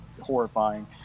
horrifying